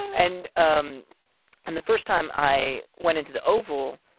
and um and the first time i went into the oval,